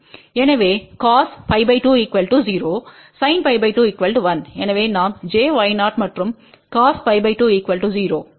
எனவே cos π 2 0 sin π 2 1 எனவே நாம் j Y0மற்றும் cosπ 2 0